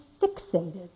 fixated